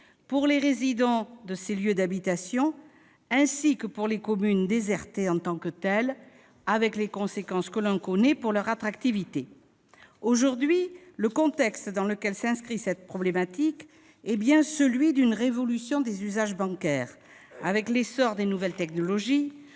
pour les résidents de ces zones, ainsi que pour les communes désertées en tant que telles, avec les conséquences que l'on connaît pour leur attractivité. Aujourd'hui, le contexte dans lequel s'inscrit cette problématique est bien celui d'une révolution des usages bancaires, avec l'essor de nouvelles technologies